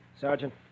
Sergeant